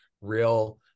real –